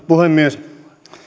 puhemies